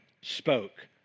spoke